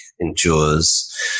endures